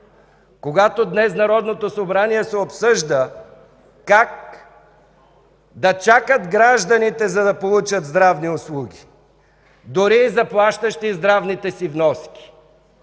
– днес в Народното събрание се обсъжда как да чакат гражданите, за да получат здравни услуги, дори и заплащащи здравните си вноски.